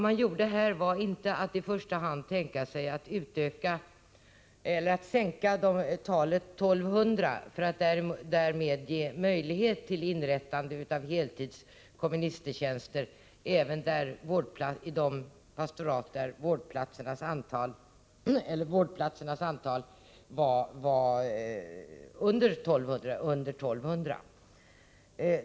Man tänkte sig inte i första hand att sänka talet 1 200 för att därmed ge möjlighet till inrättande av heltidskomministertjänster även i de pastorat där antalet vårdplatser är under 1 200.